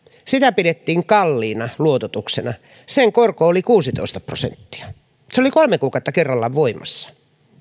sitä pidettiin kalliina luototuksena sen korko oli kuusitoista prosenttia se oli kolme kuukautta kerrallaan voimassa